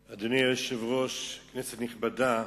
היושב-ראש, כנסת נכבדה,